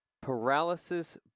paralysis